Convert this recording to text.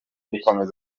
gukomeza